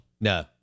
No